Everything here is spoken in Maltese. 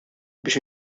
biex